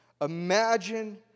Imagine